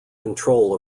control